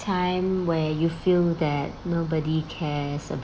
time where you feel that nobody cares